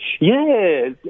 Yes